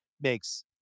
makes